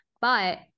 But-